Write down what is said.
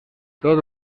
tot